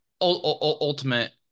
ultimate